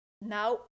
now